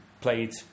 played